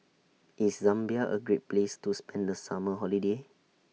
IS Zambia A Great Place to spend The Summer Holiday